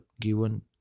given